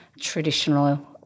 traditional